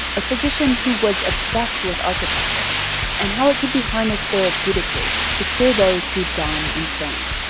a physician who was obsessed with architecture and how it could be harnessed therapeutically to cure those who'd gone insane,